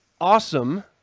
awesome